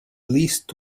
least